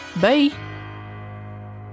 bye